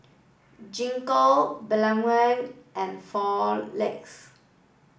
Gingko Blephagel and Floxia